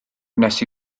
wnes